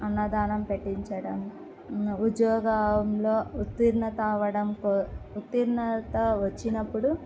అన్నదానం పెట్టించడం ఉద్యోగంలో ఉత్తీర్ణత అవ్వడం ఉత్తీర్ణత వచ్చినప్పుడు